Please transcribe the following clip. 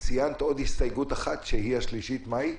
ואת ציינת עוד הסתייגות אחת והיא השלישית מהי?